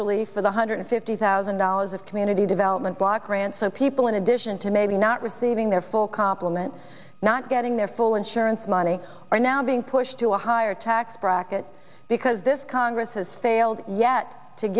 relief for the hundred fifty thousand dollars of community development block grant so people in addition to maybe not receiving their full complement not getting their full insurance money are now being pushed to a higher tax bracket because this congress has failed yet to